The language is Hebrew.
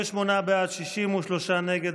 48 בעד, 63 נגד.